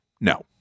no